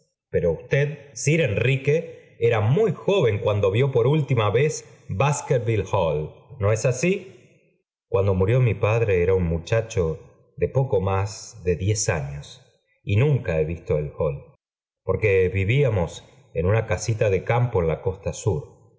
ero usted sir enrique era i iñuy joven cuando vió por última vez bftbkervilte hall no es así cuando murió mi padre era un muchacho de poco más de diez años y nunca he visto el hall porque vivíamos en una casita de campo en la costa sur